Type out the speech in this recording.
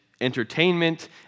entertainment